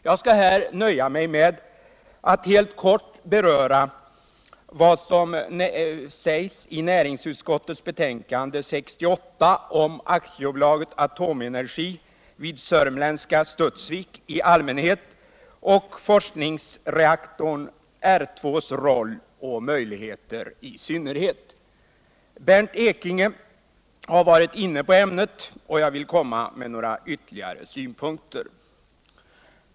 Jag skall här nöja mig med att helt kort beröra vad som sägs i näringsutskottets betänkande 68 om AB Atomenergi vid det sörmländska Studsvik i allmänhet och om forskningsreaktorn R 2:s roll och möjligheter i synnerhet. Bernt Ekinge har varit inne på ämnet. men jag vill framlägga några ytterligare synpunkter.